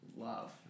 love